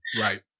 right